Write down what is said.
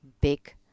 big